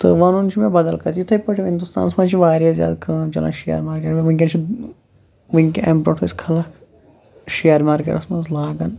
تہٕ وَنُن چھُ مےٚ بدل کَتھ یِتھٕے پٲٹھۍ ہِنٛدوستانَس منٛز چھِ واریاہ زیادٕ کٲم چلان شِیر مارکیٚٹَس وُنکٮ۪ن چھُ ؤنکٮ۪ن اَمہِ برٛونٛٹھ ٲسۍ خلق شِیر مارکیٚٹَس منٛز لاگان